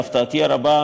להפתעתי הרבה,